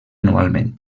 anualment